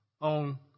on